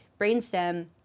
brainstem